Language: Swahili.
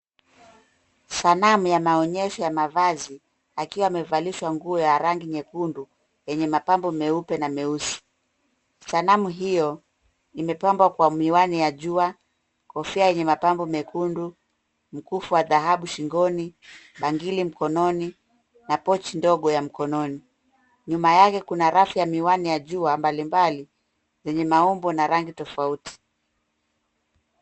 Sanamu ya maonyesho ya mavazi, yakiwa yamevalishwa nguo ya rangi nyekundu, yenye mapambo meupe na meusi ,sanamu hiyo imepambwa kwa miwani ya jua, kofia yenye mapambo mekundu ,mkufu wa dhahabu shingoni, bangili mkononi na pochi ndogo ya mkononi. Nyuma yake Kuna rafu ya miwani ya jua mbali mbali zenye maumbo na rangi tofauti.